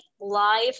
live